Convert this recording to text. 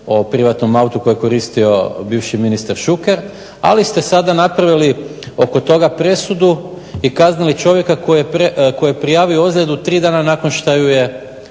o privatnom autu koji je koristio bivši ministar Šuker, ali ste sada napravili oko toga presudu i kaznili čovjeka koji je prijavo ozljedu tri dana nakon što mu se